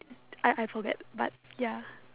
I I forget but ya